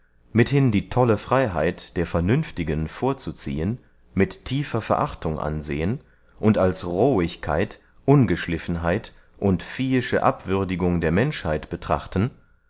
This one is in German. mithin die tolle freyheit der vernünftigen vorzuziehen mit tiefer verachtung ansehen und als rohigkeit ungeschliffenheit und viehische abwürdigung der menschheit betrachten